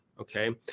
Okay